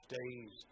days